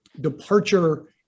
departure